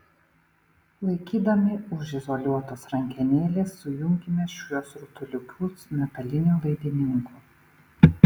laikydami už izoliuotos rankenėlės sujunkime šiuos rutuliukus metaliniu laidininku